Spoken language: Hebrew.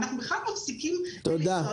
שאנחנו בכלל מפסיקים לחיות.